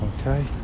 okay